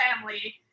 family